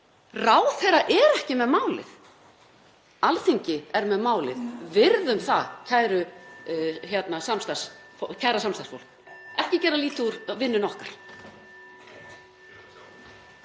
Ráðherra er ekki með málið. Alþingi er með málið. Virðum það, kæra samstarfsfólk. Ekki gera lítið úr vinnunni okkar.